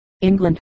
England